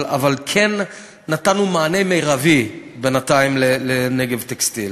אבל כן נתנו מענה מרבי בינתיים ל"נגב טקסטיל".